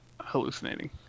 hallucinating